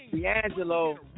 D'Angelo